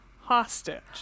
hostage